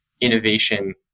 innovation